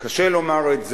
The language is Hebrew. קשה לומר את זה,